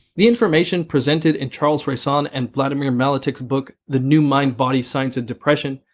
the information presented in charles raison and vladimir maletic's book the new mind-body science of depression,